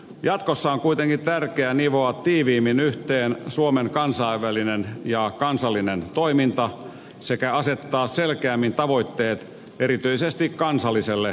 jatkossa on kuitenkin tärkeää nivoa tiiviimmin yhteen suomen kansainvälinen ja kansallinen toiminta sekä asettaa selkeämmin tavoitteet erityisesti kansalliselle toiminnalle